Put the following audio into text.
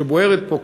שבוערת פה,